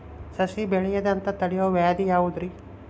ಸಸಿ ಬೆಳೆಯದಂತ ತಡಿಯೋ ವ್ಯಾಧಿ ಯಾವುದು ರಿ?